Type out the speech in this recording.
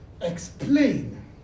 explain